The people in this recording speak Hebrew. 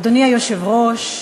אדוני היושב-ראש,